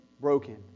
broken